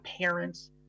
parents